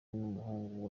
n’umuhungu